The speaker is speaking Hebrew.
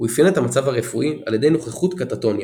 הוא אפיין את המצב הרפואי על ידי נוכחות קטטוניה.